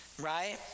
right